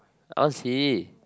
I want see